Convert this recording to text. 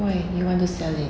why you want to sell it